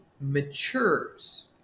matures